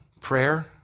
Prayer